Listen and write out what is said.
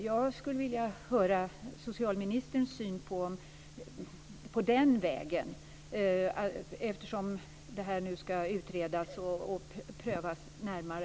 Jag skulle vilja höra socialministerns syn på denna väg eftersom det här nu skall utredas och prövas närmare.